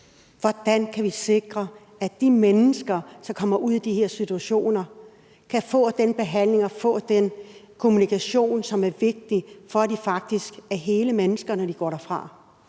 Hvordan kan vi sikre, at de mennesker, som kommer ud i de her situationer, kan få den behandling og få den kommunikation, som er vigtig, for at de faktisk er hele mennesker, når de går derfra?